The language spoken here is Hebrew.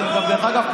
דרך אגב,